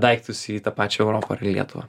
daiktus į tą pačią europą ar į lietuvą